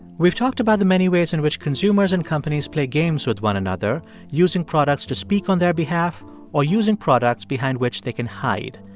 we've talked about the many ways in which consumers and companies play games with one another using products to speak on their behalf while using products behind which they can hide.